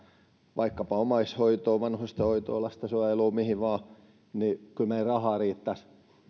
vaikkapa omaishoitoon vanhustenhoitoon lastensuojeluun mihin vain niin kyllä meillä rahaa riittäisi